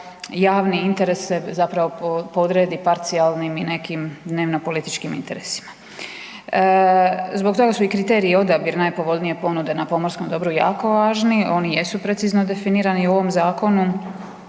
javni interes se zapravo podredi parcijalnim i nekim dnevno političkim interesima. Zbog toga su i kriterij i odabir najpovoljnije ponude na pomorskom dobru jako važni, oni jesu precizno definirani u ovom zakonu,